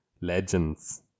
legends